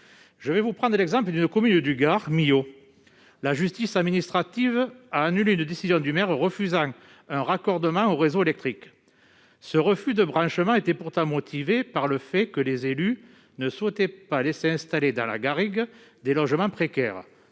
Je vais prendre l'exemple d'une commune du Gard, Milhaud. La justice administrative a annulé une décision du maire de cette ville, qui refusait un raccordement au réseau électrique. Ce refus était pourtant motivé par le fait que les élus ne souhaitaient pas laisser s'installer des logements précaires